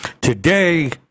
today